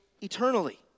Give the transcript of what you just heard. eternally